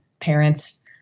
parents